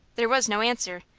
there was no answer.